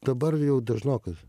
dabar jau dažnokas